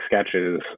sketches